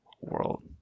World